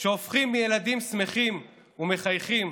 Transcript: שעוברים התעללות, שהופכים מילדים שמחים ומחייכים